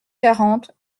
quarante